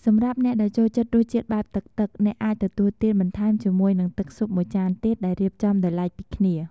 សម្រាប់អ្នកដែលចូលចិត្តរសជាតិបែបទឹកៗ អ្នកអាចទទួលទានបន្ថែមជាមួយនឹងស៊ុបមួយចានទៀតដែលរៀបចំដោយឡែកពីគ្នា។